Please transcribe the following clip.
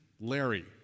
Larry